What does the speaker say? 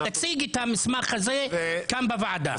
תציג את המסמך הזה כאן בוועדה.